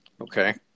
Okay